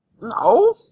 No